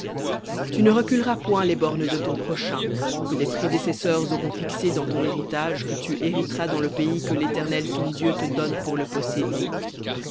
tu ne reculeras point les bornes de ton prochain que des prédécesseurs auront fixées dans ton héritage que tu hériteras dans le pays que l'éternel ton dieu te donne pour le posséder